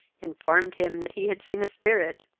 informed him that he had seen a spirit.